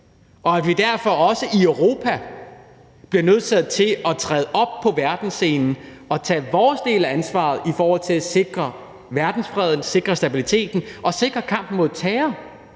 og at vi derfor også i Europa bliver nødsaget til at træde op på verdensscenen og tage vores del af ansvaret i forhold til at sikre verdensfreden, sikre stabiliteten og sikre kampen mod terror